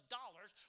dollars